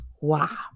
Wow